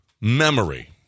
memory